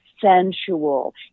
sensual